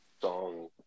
song